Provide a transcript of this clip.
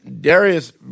Darius